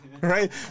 Right